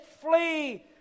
flee